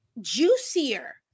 juicier